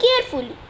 carefully